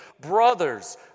Brothers